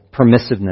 permissiveness